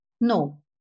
No